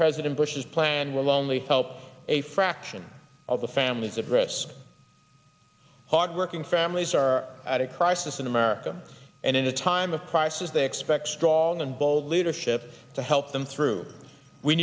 president bush's plan will only help a fraction of the families at risk hardworking families are at a crisis in america and in a time of crisis they expect strong and bold leadership to help them through we